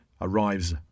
arrives